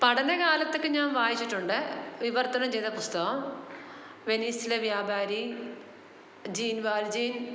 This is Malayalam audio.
പഠനകാലത്തൊക്കെ ഞാ വായിച്ചിട്ടുണ്ട് വിവർത്തനം ചെയ്ത പുസ്തകം വെനീസിലെ വ്യാപാരി ജീൻവാല് ജീന്